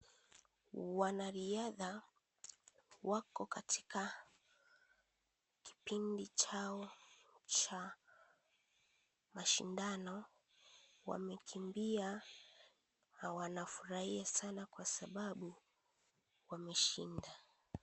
Wanariadha wako katika Kipindi chao cha mashindano. Wamekimbia na wanafurahia Sana kwa sababu wameshinda.